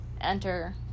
Enter